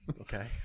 Okay